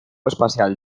espacial